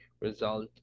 result